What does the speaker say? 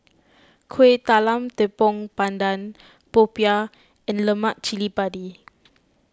Kueh Talam Tepong Pandan Popiah and Lemak Cili Padi